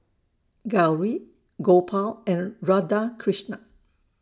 Gauri Gopal and Radhakrishnan